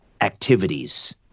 activities